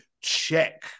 check